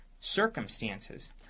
circumstances